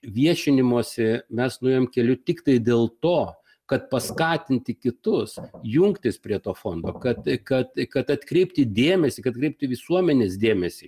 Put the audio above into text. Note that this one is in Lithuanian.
viešinimusi mes nuėjome keliu tiktai dėl to kad paskatinti kitus jungtis prie to fondo kad kad kad atkreipti dėmesį kad atkreipti visuomenės dėmesį